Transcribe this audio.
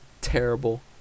terrible